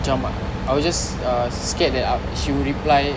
macam I will just uh scared that she will reply